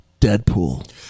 Deadpool